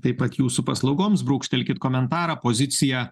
taip pat jūsų paslaugoms brūkštelkit komentarą pozicija